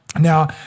Now